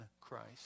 Christ